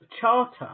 charter